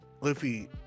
luffy